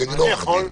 כי אני לא עורך דין.